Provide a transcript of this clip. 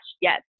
yes